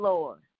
Lord